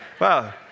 Wow